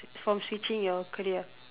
from switching your career